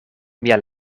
mia